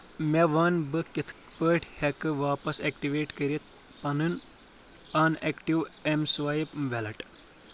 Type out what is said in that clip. مےٚ وَن بہٕ کِتھٕ پٲٹھۍ ہٮ۪کہٕ واپس ایکٹیویٹ کٔرِتھ پنُن inactive M swipe wallet